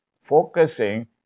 focusing